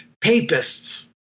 papists